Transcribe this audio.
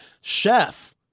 Chef